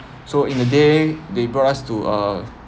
so in the day they brought us to uh